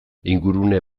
ingurune